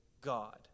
God